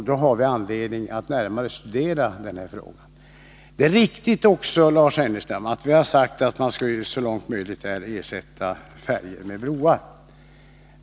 Då har vi anledning att närmare studera den här frågan. Det är också riktigt att vi har sagt att man så långt möjligt skall ersätta färjor med broar.